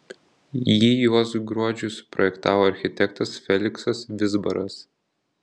jį juozui gruodžiui suprojektavo architektas feliksas vizbaras